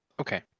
Okay